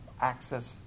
access